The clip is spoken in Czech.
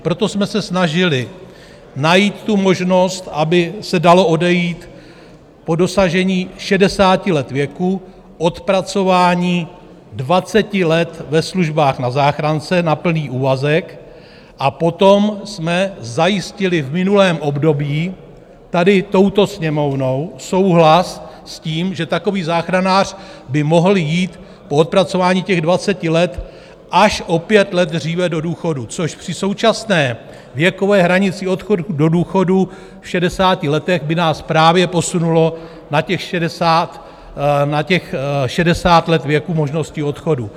Proto jsme se snažili najít možnost, aby se dalo odejít po dosažení 60 let věku, odpracování 20 let ve službách na záchrance na plný úvazek, a potom jsme zajistili v minulém období tady touto Sněmovnou souhlas s tím, že takový záchranář by mohl jít po odpracování těch 20 let až o pět let dříve do důchodu, což při současné věkové hranici odchodu do důchodu v 65 letech by nás právě posunulo na těch 60 let věku možnosti odchodu.